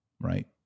right